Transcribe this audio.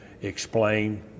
explain